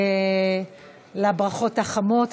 לברכות החמות.